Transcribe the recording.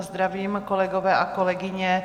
Zdravím, kolegové a kolegyně.